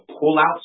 pull-out